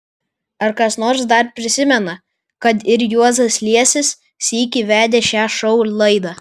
ar kas nors dar prisimena kad ir juozas liesis sykį vedė šią šou laidą